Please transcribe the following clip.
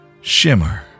shimmer